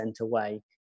away